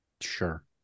Sure